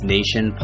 Nation